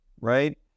right